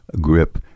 Grip